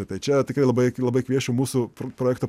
na tai čia tikrai labai labai kviesčiau mūsų projekto